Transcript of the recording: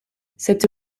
cette